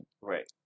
Right